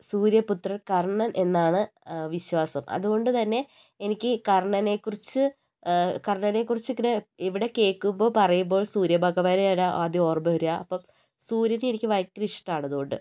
സൂര്യപുത്രൻ കർണ്ണൻ എന്നാണ് വിശ്വാസം അതുകൊണ്ടുതന്നെ എനിക്ക് കർണനെക്കുറിച്ച് കർണ്ണനെക്കുറിച്ച് ഇങ്ങനെ എവിടെ കേൾക്കുമ്പോൾ പറയുമ്പോൾ സൂര്യഭഗവാനെയാണ് ആദ്യം ഓർമ്മ വരുക അപ്പോൾ സൂര്യനെ എനിക്ക് ഭയങ്കര ഇഷ്ടമാണ് അതുകൊണ്ട്